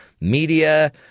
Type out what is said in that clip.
media